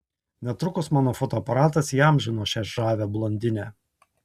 netrukus mano fotoaparatas įamžino šią žavią blondinę